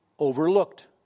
Overlooked